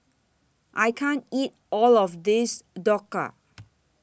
I can't eat All of This Dhokla